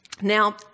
Now